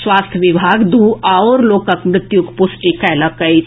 स्वास्थ्य विभाग दू आओर लीीकक मृत्युक पुष्टि कएलक अछि